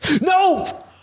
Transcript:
No